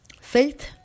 Faith